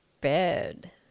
bed